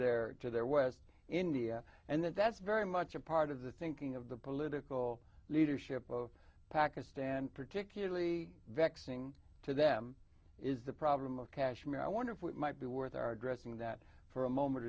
their to their west india and that that's very much a part of the thinking of the political leadership of pakistan particularly vexing to them is the problem of kashmir i wonder if we might be worth our addressing that for a moment